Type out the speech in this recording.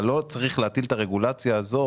אבל לא צריך להטיל את הרגולציה הזאת